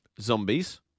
Zombies